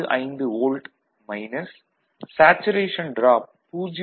65 volt minus saturation drop 0